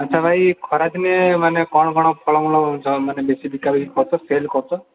ଆଛା ଭାଇ ଖରାଦିନେ ମାନେ କ'ଣ କ'ଣ ଫଳମୂଳ ଯ ମାନେ ବେଶୀ ବିକା ବିକି କରୁଛ ସେଲ୍ କରୁଛ